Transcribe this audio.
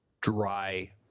dry